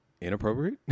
inappropriate